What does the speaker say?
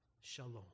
Shalom